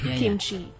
kimchi